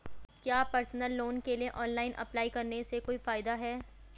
क्या personal loan के लिए ऑनलाइन अप्लाई करने से कोई फायदा है?